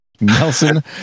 nelson